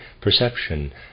perception